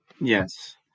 Yes